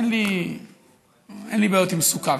אין לי בעיות עם סוכר.